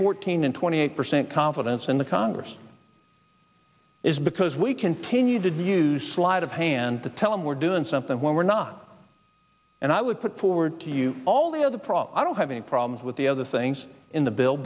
fourteen and twenty eight percent confidence in the congress is because we continue to do sleight of hand to tell him we're doing something when we're not and i would put forward to you all the other i don't have any problems with the other things in the bill